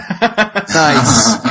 Nice